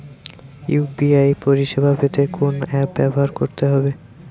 UPI পরিসেবা পেতে কোন অ্যাপ ব্যবহার করতে হবে?